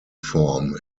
form